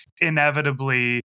inevitably